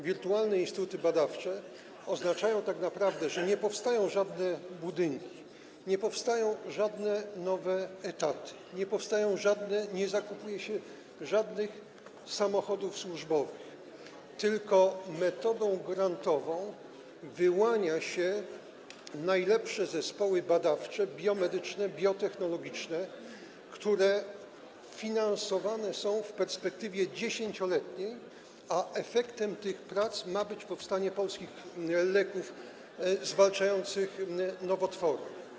Wirtualne instytuty badawcze oznaczają tak naprawdę, że nie powstają żadne budynki, nie powstają żadne nowe etaty, nie zakupuje się żadnych samochodów służbowych, tylko metodą grantową wyłania się najlepsze zespoły badawcze, biomedyczne, biotechnologiczne, które finansowane są z uwzględnieniem perspektywy dziesięcioletniej, a efektem ich prac ma być powstanie polskich leków zwalczających nowotwory.